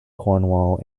cornwall